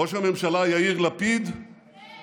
ראש הממשלה יאיר לפיד, כן, כן, כן.